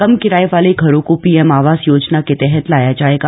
कम किराये वाले घरों को पीएम आवास योजना के तहत लाया जाएगा